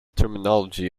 terminology